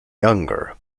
younger